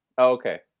Okay